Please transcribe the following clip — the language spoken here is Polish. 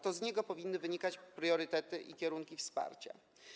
To z niego powinny wynikać priorytety i kierunki wsparcia.